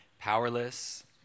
powerless